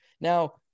Now